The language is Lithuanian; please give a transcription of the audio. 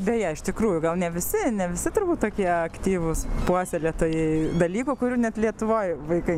beje iš tikrųjų gal ne visi ne visi turbūt tokie aktyvūs puoselėtojai dalykų kurių net lietuvoj vaikai